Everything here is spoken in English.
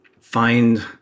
find